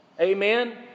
Amen